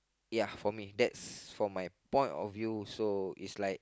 ya for me that's for my point of view so it's like